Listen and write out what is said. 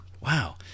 wow